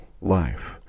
life